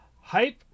Hype